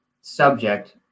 subject